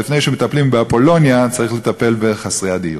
שלפני שמטפלים באפולוניה צריך לטפל בחסרי הדיור.